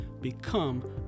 become